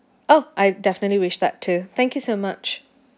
oh I definitely wish that too thank you so much